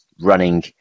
running